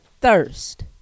thirst